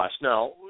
Now